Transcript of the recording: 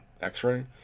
x-ray